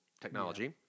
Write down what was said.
technology